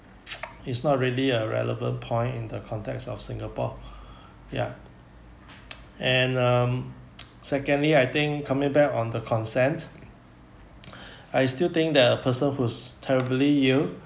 it's not really a relevant point in the context of singapore ya and um secondly I think coming back on the consent I still think that a person who's terribly ill